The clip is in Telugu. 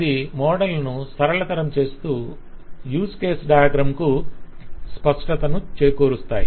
అది మోడల్ ను సరళతరం చేస్తూ యూజ్ కేస్ డయాగ్రమ్ కు స్పష్టతను చేకూరుస్తాయి